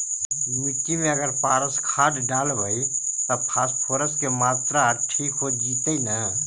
मिट्टी में अगर पारस खाद डालबै त फास्फोरस के माऋआ ठिक हो जितै न?